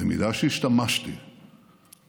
במילה שהשתמשתי בה